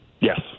Yes